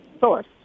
source